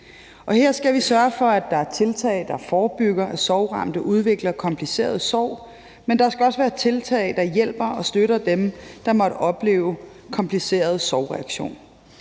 Her skal vi sørge for, at der er tiltag, der forebygger, at sorgramte udvikler kompliceret sorg, men der skal også være tiltag, der hjælper og støtter dem, der måtte opleve kompliceret sorgreaktion.